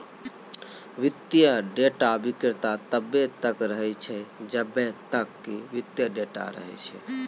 वित्तीय डेटा विक्रेता तब्बे तक रहै छै जब्बे तक कि वित्तीय डेटा रहै छै